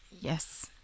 Yes